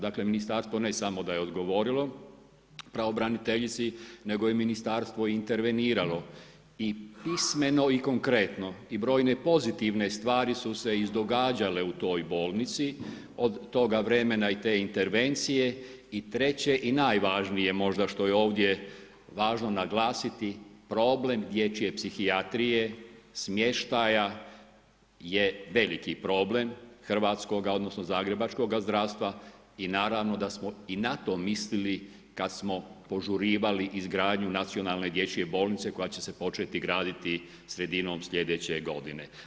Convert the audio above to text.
Dakle, Ministarstvo ne samo da je odgovorilo pravobraniteljici, nego je Ministarstvo interveniralo i pismeno i konkretno i brojne pozitivne stvari su se izdogađale u toj bolnici od toga vremena i te intervencije i treće i najvažnije možda što je ovdje važno naglasiti, problem dječje psihijatrije smještaja je veliki problem hrvatskog odnosno zagrebačkog zdravstva i naravno da smo i na to mislili kad smo požurivali izgradnju Nacionalne dječje bolnice koja će se početi graditi sredinom slijedeće godine.